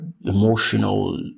emotional